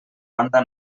banda